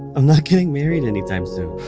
i'm not getting married anytime soon